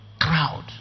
crowd